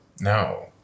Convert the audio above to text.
No